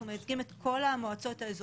אנחנו מייצגים את כל המועצות האזוריות,